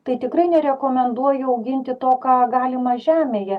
tai tikrai nerekomenduoju auginti to ką galima žemėje